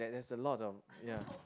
there there's a lot of ya